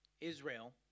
Israel